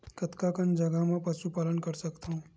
कतका कन जगह म पशु पालन कर सकत हव?